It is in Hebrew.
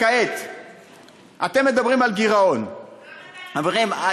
כעת אתם מדברים על גירעון, חברים.